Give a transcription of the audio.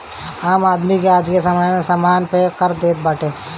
आम आदमी आजके समय में हर समान पे कर देत बाटे